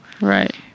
Right